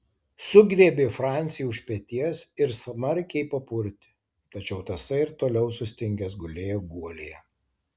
sugriebė francį už peties ir smarkiai papurtė tačiau tasai ir toliau sustingęs gulėjo guolyje